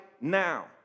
now